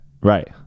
right